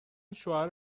شوهر